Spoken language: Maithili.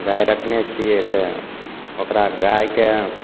गाय रखने छियै तऽ ओकरा गायके